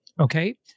Okay